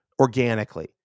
organically